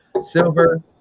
Silver